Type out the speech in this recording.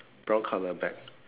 brown colour bag